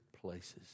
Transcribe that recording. places